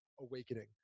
Awakening